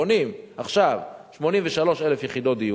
בונים עכשיו 83,000 יחידות דיור.